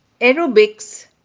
aerobics